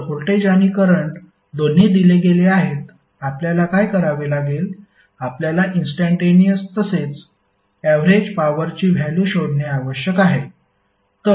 तर व्होल्टेज आणि करंट दोन्ही दिले गेले आहेत आपल्याला काय करावे लागेल आपल्याला इंस्टंटेनिअस तसेच ऍवरेज पॉवरची व्हॅल्यु शोधणे आवश्यक आहे